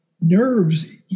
nerves